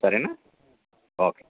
సరేనా ఓకే